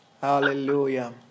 Hallelujah